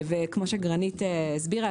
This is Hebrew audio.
וכמו שגרניט הסבירה,